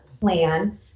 plan